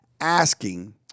asking